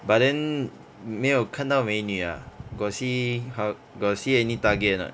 but then 没有看到美女 ah got see how got see any target or not